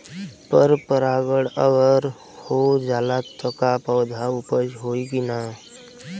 पर परागण अगर हो जाला त का पौधा उपज होई की ना?